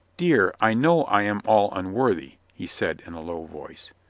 dear, i know i am all unworthy, he said in a low voice.